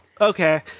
Okay